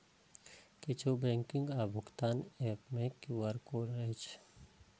किछु बैंकिंग आ भुगतान एप मे क्यू.आर कोड रहै छै